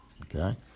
Okay